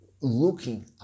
looking